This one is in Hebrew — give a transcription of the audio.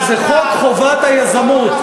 וזה חוק חובת היזמות.